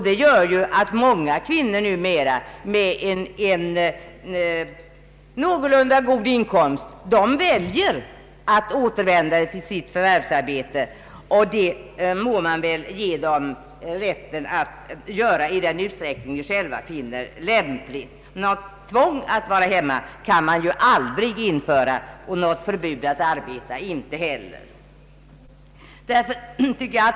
Det gör att många kvinnor med en någorlunda god inkomst numera väljer att återvända till sitt förvärvsarbete, och det må man väl ge dem rätten att göra i den utsträckning de själva finner lämpligt. Något tvång att vara hemma kan man aldrig införa och något förbud att arbeta inte heller.